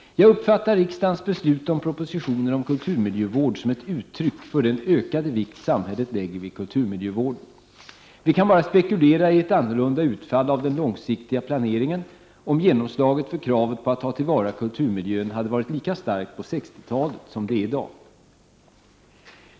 Jag uppfattar riksdagens beslut om propositionen om kulturmiljövård som ett uttryck för den ökade vikt samhället lägger vid kulturmiljövården. Vi kan bara spekulera i ett annorlunda utfall av den långsiktiga planeringen, om genomslaget för kravet på att ta till vara kulturmiljön hade varit lika starkt på 1960-talet som det är i dag.